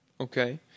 Okay